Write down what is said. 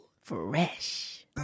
fresh